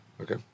okay